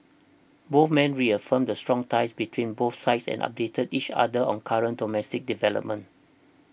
both men reaffirmed the strong ties between both sides and updated each other on current domestic developments